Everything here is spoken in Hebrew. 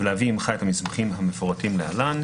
ולהביא עמך את המסמכים המפורטים להלן.